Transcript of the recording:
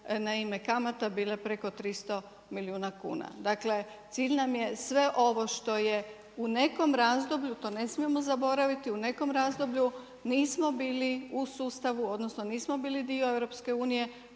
na ime kamata bile preko 300 milijuna kuna. Dakle, cilj nam je sve ovo što je u nekom razdoblju, to ne smijemo zaboraviti, u nekom razdoblju, nismo bili u sustavu, odnosno nismo bili dio EU-a,